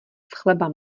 chleba